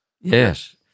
Yes